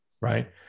right